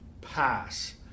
pass